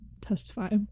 testify